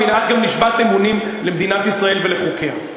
את גם נשבעת אמונים למדינת ישראל ולחוקיה.